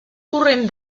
corrent